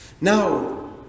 Now